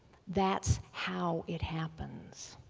that's how it happens.